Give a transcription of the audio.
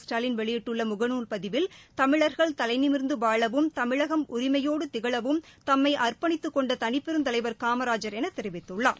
ஸ்டாலின் வெளியிட்டுள்ள முகநூல் பதிவில் தமிழர்கள் தலைநிமிர்ந்து வாழவும் தமிழகம் உரிமையோடு திகழவும் தம்ளம அர்ப்பணித்துக்கொண்ட தனிப்பெருந்தலைவர் காமராஜர் என தெரிவித்துள்ளார்